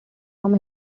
from